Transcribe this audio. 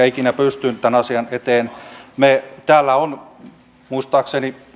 ikinä pystyn tämän asian eteen täällä muistaakseni